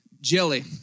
jelly